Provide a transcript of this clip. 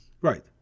Right